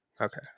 Okay